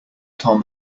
tom